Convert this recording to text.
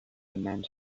demand